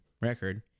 record